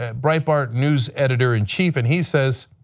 ah breitbart news editor-in-chief and he says